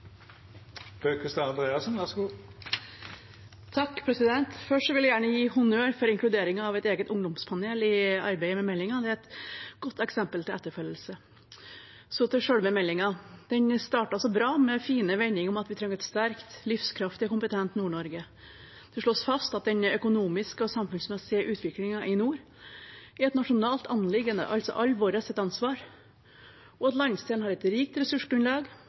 eksempel til etterfølgelse. Så til selve meldingen. Den startet så bra med fine vendinger om at vi trenger et sterkt, livskraftig, kompetent Nord-Norge. Det slås fast at den økonomiske og samfunnsmessige utviklingen i nord er et nasjonalt anliggende, altså alles ansvar, og at landsdelen har et rikt